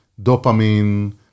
dopamine